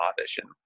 audition